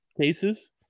cases